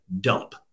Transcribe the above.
Dump